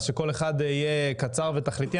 אז שכל אחד יהיה קצר ותכליתי.